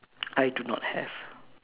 I do not have